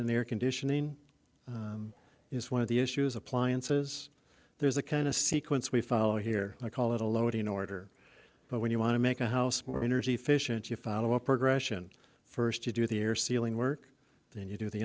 and the air conditioning is one of the issues appliances there's a kind of sequence we follow here i call it a loading order but when you want to make a house more energy efficient you follow a progression first you do the air sealing work then you do the